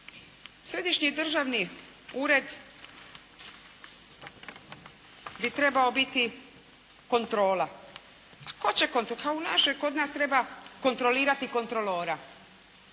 Središnji državni ured bi trebao biti kontrola. Tko će, kod nas treba kontrolirati kontrolora.